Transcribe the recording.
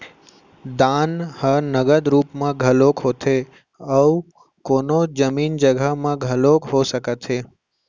दान ह नगद रुप म घलोक होथे अउ कोनो जमीन जघा म घलोक हो सकत हे